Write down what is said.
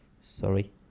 sorry